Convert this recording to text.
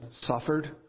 suffered